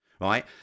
right